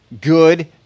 good